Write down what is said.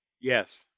Yes